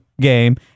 game